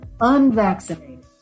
Unvaccinated